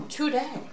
Today